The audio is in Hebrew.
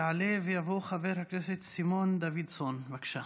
יעלה ויבוא חבר הכנסת סימון דוידסון, בבקשה.